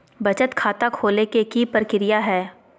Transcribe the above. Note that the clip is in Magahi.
बचत खाता खोले के कि प्रक्रिया है?